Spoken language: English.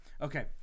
Okay